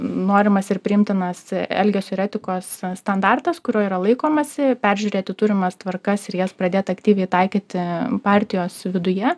norimas ir priimtinas elgesio ir etikos standartas kurio yra laikomasi peržiūrėti turimas tvarkas ir jas pradėt aktyviai taikyti partijos viduje